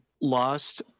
lost